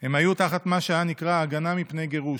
הם היו תחת מה שהיה נקרא הגנה מפני גירוש,